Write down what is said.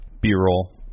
B-roll